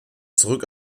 zurück